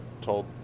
told